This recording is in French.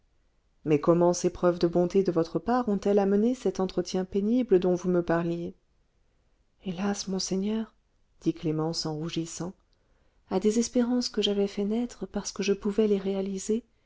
mais comment ces preuves de bonté de votre part ont-elles amené cet entretien pénible dont vous me parliez hélas monseigneur dit clémence en rougissant à des espérances que j'avais fait naître parce que je pouvais les réaliser